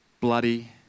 Bloody